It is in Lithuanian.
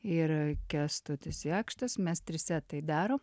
ir a kęstutis jakštas mes trise tai darom